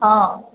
ହଁ